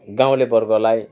गाउँलेवर्गलाई